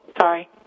sorry